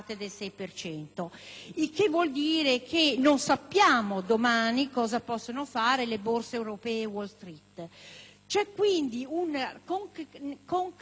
che non sappiamo domani cosa possa accadere alle borse europee e a Wall Street. C'è, quindi, una concatenazione